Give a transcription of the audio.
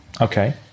Okay